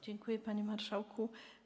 Dziękuję, panie marszałku.